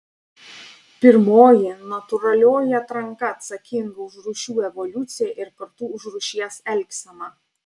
pirmoji natūralioji atranka atsakinga už rūšių evoliuciją ir kartu už rūšies elgseną